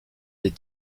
des